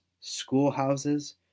schoolhouses